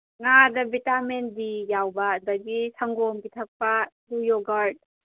ꯉꯥꯗ vitamin B ꯌꯥꯎꯕ ꯑꯗꯒꯤ ꯁꯪꯒꯣꯝ ꯄꯤꯊꯛꯄ ꯏꯛ ꯌꯣꯒꯔꯠ